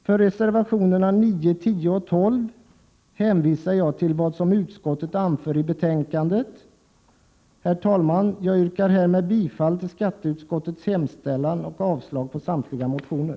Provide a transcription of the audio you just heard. För reservationerna 9, 10 och 12 hänvisar jag till vad utskottet anför i betänkandet. Herr talman! Jag yrkar härmed bifall till skatteutskottets hemställan och avslag på samtliga reservationer.